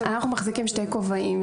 מחזיקים בשני כובעים.